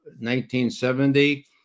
1970